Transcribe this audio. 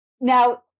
Now